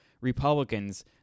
Republicans